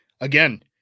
Again